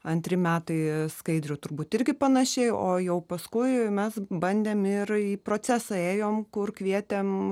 antri metai skaidrių turbūt irgi panašiai o jau paskui mes bandėm ir į procesą ėjom kur kvietėm